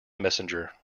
messenger